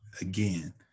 again